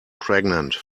pregnant